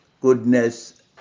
goodness